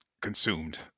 consumed